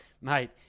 mate